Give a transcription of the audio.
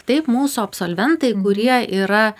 taip mūsų absoventai kurie yra